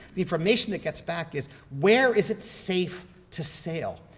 the information that gets back is, where is it safe to sail?